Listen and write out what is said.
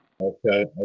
Okay